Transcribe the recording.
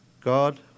God